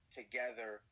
together